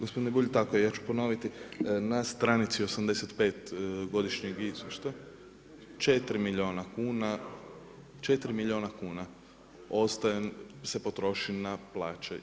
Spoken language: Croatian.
Gospodine Bulj, tako je ja ću ponoviti na str. 85. godišnjeg izvješća 4 milijuna kuna, 4 milijuna kuna, ostalo se potroši na plaće.